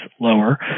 lower